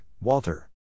Walter